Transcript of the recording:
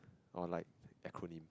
or like acronym